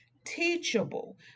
Teachable